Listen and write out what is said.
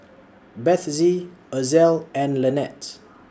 Bethzy Ozell and Lynette